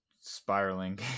spiraling